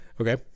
Okay